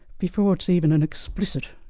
before it's even an explicit